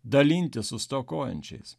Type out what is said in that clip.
dalintis su stokojančiais